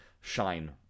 shine